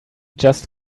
just